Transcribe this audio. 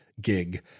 gig